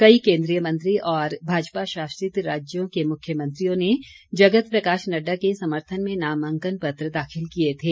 कई केंद्रीय मंत्री और भाजपा शासित राज्यों के मुख्यमंत्रियों ने जगत प्रकाश नड्डा के समर्थन में नामांकन पत्र दाखिल किए थे